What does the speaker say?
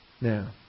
Now